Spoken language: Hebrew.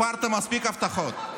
הפרת מספיק הבטחות.